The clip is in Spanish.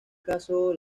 caso